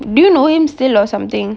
do you know him still or something